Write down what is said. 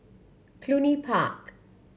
Cluny Park